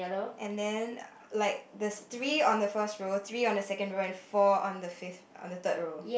and then like there's three on the first row three on the second row and four on the fifth on the third row